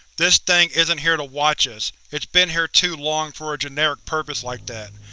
this thing isn't here to watch us. it's been here too long for a generic purpose like that.